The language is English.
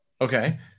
Okay